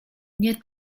nie